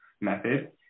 method